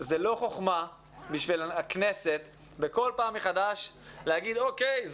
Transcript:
זו לא חוכמה שהכנסת בכל פעם מחדש תגיד: אוקיי,